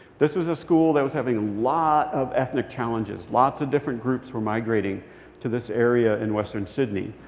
this was a school that was having a lot of ethnic challenges. lots of different groups were migrating to this area in western sydney.